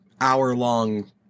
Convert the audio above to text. hour-long